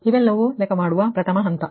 ಇವೆಲ್ಲವೂ ಗಣನೆಯನ್ನು ಮಾಡುವ ಪ್ರಥಮ ಹಂತ